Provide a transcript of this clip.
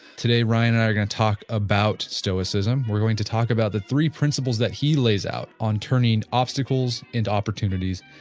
today, ryan and i are going to talk about stoicism. we're going to talk about the three principles that he lays out on turning obstacles into opportunities.